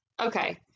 okay